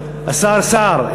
השר סער,